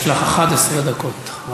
יש לך 11 דקות.